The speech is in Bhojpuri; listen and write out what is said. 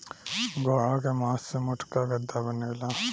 घोड़ा के मास से मोटका गद्दा बनेला